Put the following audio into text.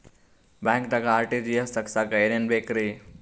ಬ್ಯಾಂಕ್ದಾಗ ಆರ್.ಟಿ.ಜಿ.ಎಸ್ ತಗ್ಸಾಕ್ ಏನೇನ್ ಬೇಕ್ರಿ?